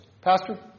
Pastor